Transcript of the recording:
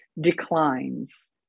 declines